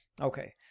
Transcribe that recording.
Okay